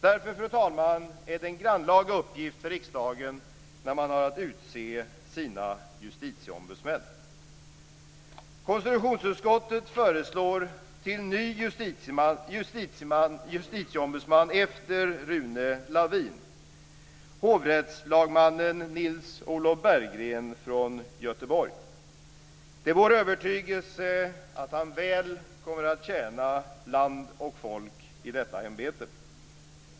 Därför, fru talman, är det en grannlaga uppgift för riksdagen när man har att utse sina justitieombudsmän. Olof Berggren från Göteborg. Det är vår övertygelse att han väl kommer att tjäna land och folk i detta ämbete.